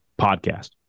podcast